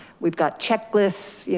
we've got checklists, yeah